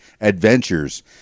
adventures